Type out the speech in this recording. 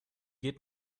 geht